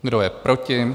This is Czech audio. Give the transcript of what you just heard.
Kdo je proti?